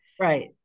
Right